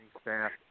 staff